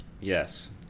Yes